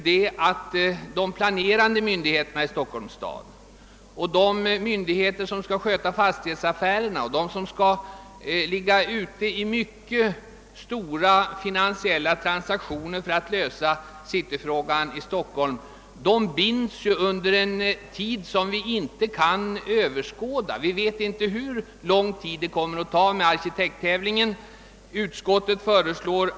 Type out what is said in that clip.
De planerande myndigheterna i Stockholms stad, de myndigheter som skall sköta fastighetsaffärerna där och de som skall ligga ute i mycket stora finansiella transaktioner för att lösa cityfrågan i Stockholm, binds under en tid som vi inte kan överskåda. Vi vet inte hur lång tid arkitekttävlingen kommer att ta.